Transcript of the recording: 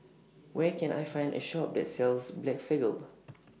Where Can I Find A Shop that sells Blephagel